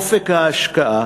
אופק ההשקעה,